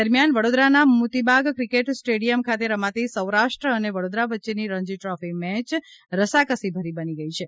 દરમિયાન વડોદરાના Motibagh cricket stadium ખાતે રમાતી સૌરાષ્ટ્ર અને વડોદરાવચ્ચેની રણજી દ્રોફી મેય રસાકસી ભરી બની ગઈ છે